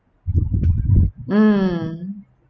mm